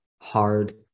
hard